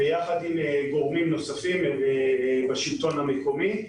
יחד עם גורמים נוספים בשלטון המקומי,